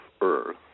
Earth